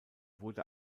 wurde